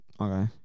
Okay